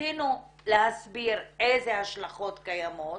ניסינו להסביר איזה השלכות קיימות,